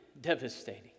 devastating